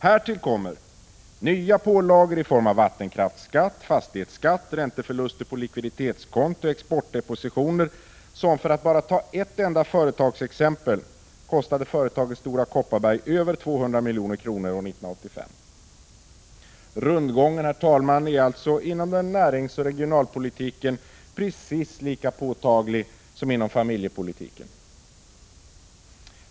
Här tillkommer nya pålagor i form av vattenkraftsskatt, fastighetsskatt, ränteförluster på likviditetskonto, exportdepositioner, som för att bara ta ett enda företagsexempel kostade företaget Stora Kopparberg över 200 milj.kr. år 1985. Rundgången, herr talman, är alltså inom näringsoch regionalpolitiken precis lika påtaglig som inom familjepolitiken.